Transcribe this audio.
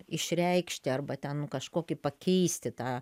išreikšti arba ten nu kažkokį pakeisti tą